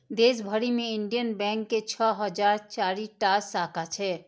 देश भरि मे इंडियन बैंक के छह हजार चारि टा शाखा छै